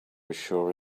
sure